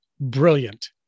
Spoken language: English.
Brilliant